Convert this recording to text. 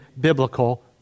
biblical